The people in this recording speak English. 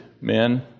men